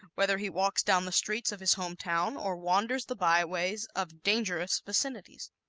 whether he walks down the streets of his home town or wanders the byways of dangerous vicinities.